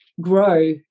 grow